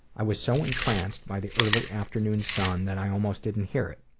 i was so entranced by the early afternoon sun that i almost didn't hear it.